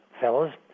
fellas